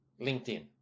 LinkedIn